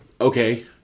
okay